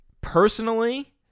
Personally